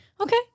Okay